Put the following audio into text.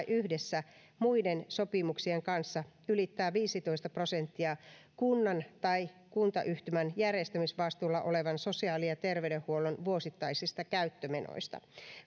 yhdessä muiden sopimuksien kanssa ylittää viisitoista prosenttia kunnan tai kuntayhtymän järjestämisvastuulla olevan sosiaali ja terveydenhuollon vuosittaisista käyttömenoista